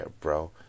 bro